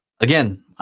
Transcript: Again